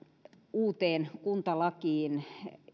uuteen kuntalakiin